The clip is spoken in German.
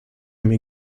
mir